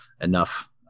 enough